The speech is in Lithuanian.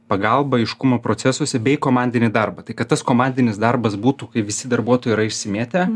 pagalbą aiškumą procesuose bei komandinį darbą kad tas komandinis darbas būtų kai visi darbuotojai yra išsimėtę